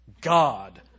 God